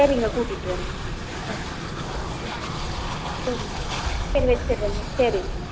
சரிங்க கூட்டிட்டு வர்றேன்ங்கம்மா சரி சரிங்க சரி வைச்சிட்றேங்க சரி